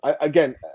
again